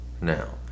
now